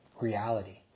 reality